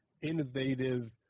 innovative